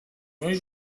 meus